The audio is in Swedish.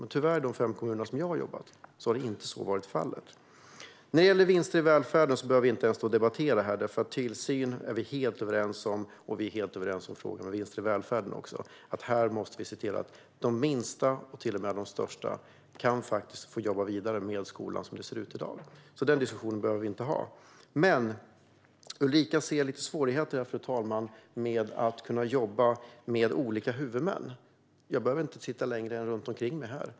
När det gäller vinster i välfärden behöver vi inte debattera här. Tillsyn är vi helt överens om, och vi är helt överens i frågan om vinster i välfärden. Vi måste se till att både de minsta och de största kan jobba vidare med skolan. Den diskussionen behöver vi alltså inte ha. Ulrika ser svårigheter med att jobba med olika huvudmän. Jag behöver inte titta längre än runt omkring mig här.